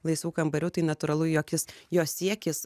laisvų kambarių tai natūralu jog jis jos siekis